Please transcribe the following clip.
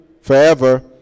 Forever